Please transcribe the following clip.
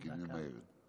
היא ממהרת.